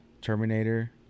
Terminator